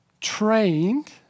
trained